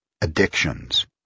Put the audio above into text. addictions